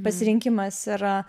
pasirinkimas ir